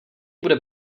bude